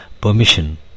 permission